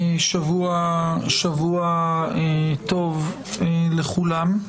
שבוע טוב לכולם.